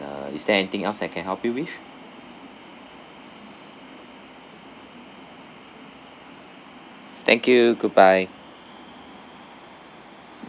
uh is there anything else I can help you with thank you goodbye